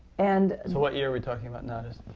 and so what year are we talking about now, just